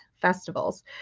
festivals